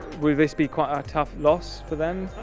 will this be quite a tough loss for them?